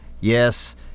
Yes